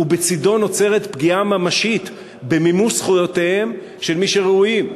ובצדו נוצרת פגיעה ממשית במימוש זכויותיהם של מי שראויים,